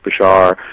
Bashar